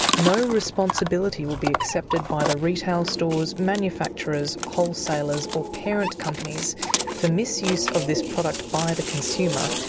no responsibility will be accepted by the retail stores, manufacturers, wholesalers or parent companies for misuse of this product by the consumer,